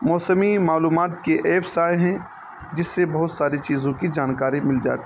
موسمی معلومات کے ایپس آئے ہیں جس سے بہت ساری چیزوں کی جانکاری مل جاتی ہے